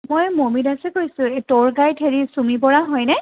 মই মমী দাসে কৈছোঁ এই ট্যুৰ গাইড হেৰি চুমী বৰা হয় নে